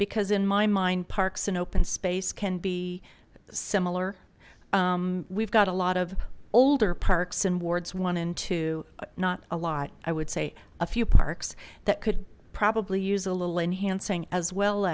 because in my mind parks and open space can be similar we've got a lot of older parks and wards one into not a lot i would say a few parks that could probably use a little enhancing as well